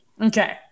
Okay